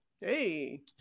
Hey